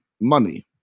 money